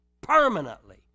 permanently